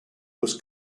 was